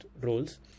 roles